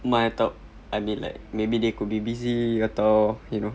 mana tahu I mean like maybe they could be busy atau you know